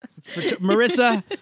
Marissa